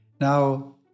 Now